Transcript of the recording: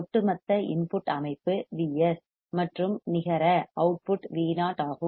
ஒட்டுமொத்த இன்புட் அமைப்பு Vs மற்றும் நிகர நெட் net அவுட்புட் Vo ஆகும்